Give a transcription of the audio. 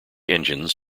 engines